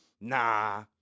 nah